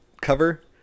cover